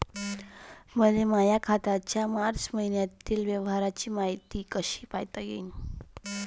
मले माया खात्याच्या मार्च मईन्यातील व्यवहाराची मायती कशी पायता येईन?